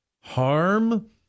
harm